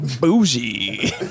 Bougie